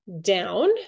down